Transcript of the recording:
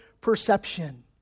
perception